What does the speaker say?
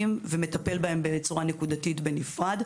הטרומיים ומטפל בהם בצורה נקודתית בנפרד.